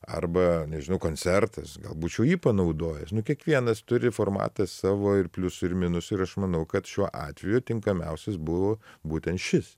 arba nežinau koncertas gal būčiau jį panaudojęs nu kiekvienas turi formatą savo ir pliusų ir minusų ir aš manau kad šiuo atveju tinkamiausias buvo būtent šis